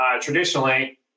traditionally